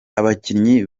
abakinnyi